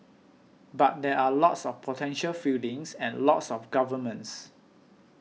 but there are lots of potential feelings and lots of governments